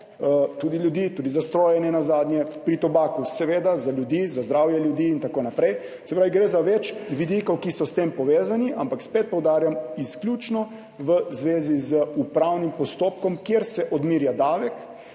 tudi za ljudi, nenazadnje tudi za stroje, pri tobaku seveda za ljudi, za zdravje ljudi in tako naprej. Se pravi, gre za več vidikov, ki so s tem povezani, ampak spet poudarjam, izključno v zvezi z upravnim postopkom, kjer se odmerja davek.